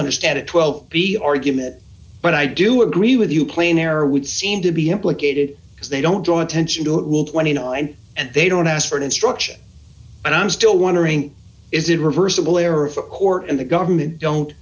understand it well be argument but i do agree with you plain error would seem to be implicated because they don't draw attention to it will twenty nine and they don't ask for an instruction and i'm still wondering is it reversible error of a court and the government don't